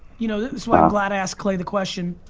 you know, this is why i'm glad i asked clay the question